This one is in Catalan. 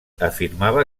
afirmava